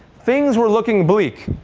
things were looking bleak,